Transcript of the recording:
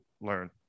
learn